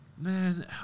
man